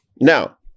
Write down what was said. now